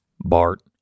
Bart